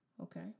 Okay